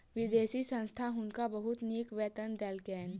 विदेशी संस्था हुनका बहुत नीक वेतन देलकैन